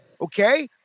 Okay